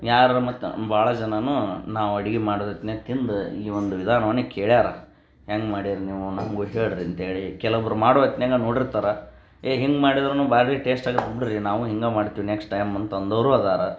ಯಾರಾರೂ ಮತ್ತೆ ಭಾಳ ಜನರೂ ನಾವು ಅಡ್ಗೆ ಮಾಡುವುದನ್ನೇ ತಿಂದು ಈ ಒಂದು ವಿಧಾನವನ್ನು ಕೇಳ್ಯಾರೆ ಹೆಂಗೆ ಮಾಡ್ಯೇರಿ ನೀವು ನಮಗೂ ಹೇಳಿರಿ ಅಂತೇಳಿ ಕೆಲವೊಬ್ರು ಮಾಡೋ ಹೊತ್ನ್ಯಾಗ ನೋಡಿರ್ತಾರೆ ಏಯ್ ಹಿಂಗೆ ಮಾಡಿದ್ರು ಭಾರೀ ಟೇಸ್ಟಾಗುತ್ತೆ ಬಿಡಿರಿ ನಾವೂ ಹಿಂಗೆ ಮಾಡ್ತೀವಿ ನೆಕ್ಸ್ಟ್ ಟೈಮ್ ಅಂತ ಅಂದವರೂ ಇದಾರೆ